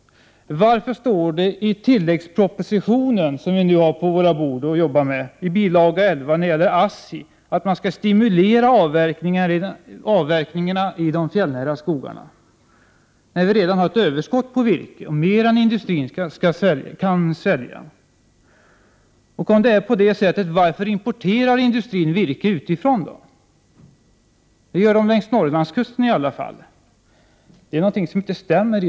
Varför står det i bil. 11 till tilläggspropositionen, som nu ligger på vårt bord och som vi arbetar med, när det gäller ASSI att man skall stimulera avverkningarna i de fjällnära skogarna? Vi har ju redan ett överskott på virke och mer än vad industrin kan sälja. Varför importerar då industrin virke utifrån? Det gäller i varje fall industrierna längs Norrlandskusten. Det är någonting i detta som inte stämmer.